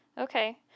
Okay